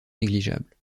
négligeable